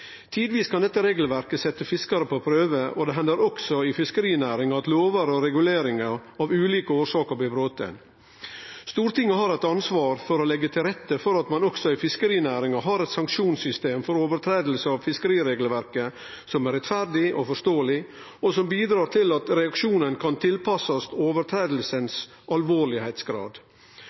Tidvis kan dette regelverket setje fiskarar på prøve, og det hender også i fiskerinæringa at lover og reguleringar av ulike årsaker blir brotne. Stortinget har eit ansvar for å leggje til rette for at ein også i fiskerinæringa har eit sanksjonssystem for brot på fiskeriregelverket som er rettferdig og forståeleg, og som bidrar til at reaksjonen kan tilpassast